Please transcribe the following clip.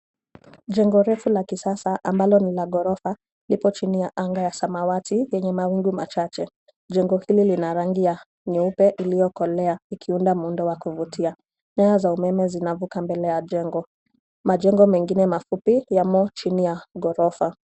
Jengo refu la kisasa ambalo ni la ghorofa lipo chini ya angaa ya samawati lenye mawingu machache. Jengo hili lina rangi ya nyeupe iliyokoloe ikiunda muundo wa kuvutia. Nyaya za umeme zinavuka mbele ya jengo. Majengo mengine mafupi yamo chini ya ghorofa.